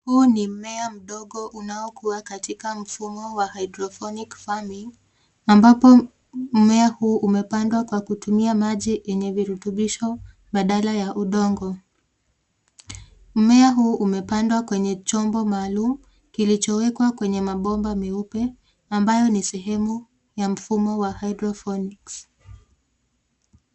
Huu ni mmea mdogo unaokua katika mfumo wa Hydroponic Farming ambapo mmea huu umepandwa kwa kutumia maji yenye virutubisho badala ya udongo. Mmea huu umepandwa kwenye chombo maalum kiichowekwa kwenye mabomba meupe ambayo ni sehemu ya mfumo wa Hydroponics